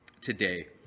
today